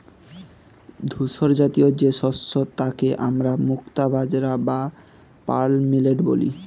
ধূসরজাতীয় যে শস্য তাকে আমরা মুক্তা বাজরা বা পার্ল মিলেট বলি